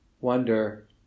wonder